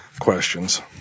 questions